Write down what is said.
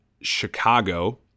Chicago